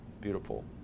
Beautiful